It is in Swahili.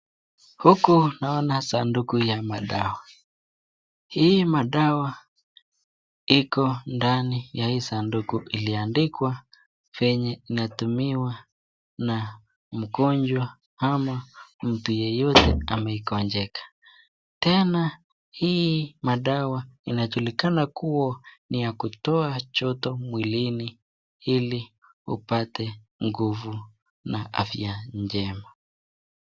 Huku naona sanduku ya madawa. Haya madawa yako ndani ya hii sanduku iliandikwa venye inatumiwa na mgonjwa ama mtu yeyote ameigonjeka. Tena hii madawa inajulikana kuwa ni ya kutoa joto mwilini ili upate nguvu na afya njema.